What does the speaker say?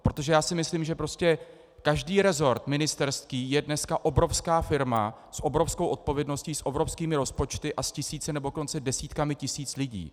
Protože si myslím, že prostě každý ministerský rezort je dneska obrovská firma s obrovskou odpovědností, s obrovskými rozpočty a s tisíci, nebo dokonce desítkami tisíc lidí.